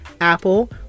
Apple